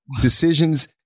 decisions